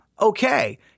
Okay